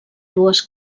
dues